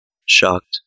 Shocked